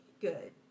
good